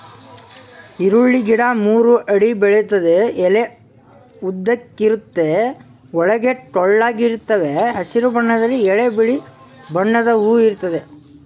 ಈರುಳ್ಳಿ ಗಿಡ ಮೂರು ಅಡಿ ಬೆಳಿತದೆ ಎಲೆ ಉದ್ದಕ್ಕಿರುತ್ವೆ ಒಳಗೆ ಟೊಳ್ಳಾಗಿರ್ತವೆ ಹಸಿರು ಬಣ್ಣದಲ್ಲಿ ಎಲೆ ಬಿಳಿ ಬಣ್ಣದ ಹೂ ಇರ್ತದೆ